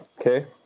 Okay